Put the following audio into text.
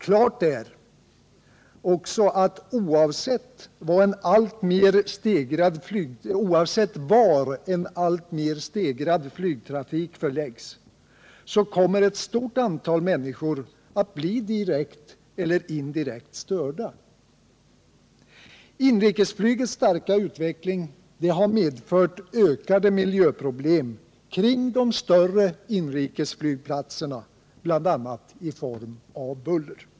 Klart är också att oavsett var en alltmer stegrad flygtrafik förläggs kommer ett stort antal människor att bli direkt eller indirekt störda. Inrikesflygets starka utveckling har medfört ökade miljöproblem kring de större inrikesflygplatserna, bl.a. i form av buller.